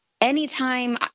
Anytime